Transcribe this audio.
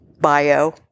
bio